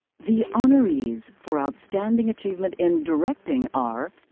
the honorees for outstanding achievement in directing are